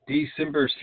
December